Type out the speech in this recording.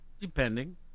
depending